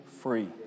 free